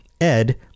Ed